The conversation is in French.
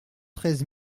treize